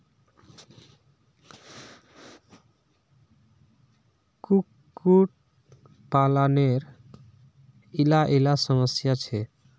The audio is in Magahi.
कुक्कुट पालानेर इला इला समस्या छे